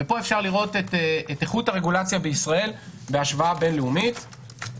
ופה אפשר לראות את איכות הרגולציה בישראל בהשוואה בין-לאומית.